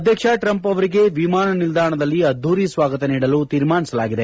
ಅಧ್ಯಕ್ಷ ಟ್ರಂಪ್ ಅವರಿಗೆ ವಿಮಾನ ನಿಲ್ದಾಣದಲ್ಲಿ ಅದ್ದೂರಿ ಸ್ವಾಗತ ನೀಡಲು ತೀರ್ಮಾನಿಸಲಾಗಿದೆ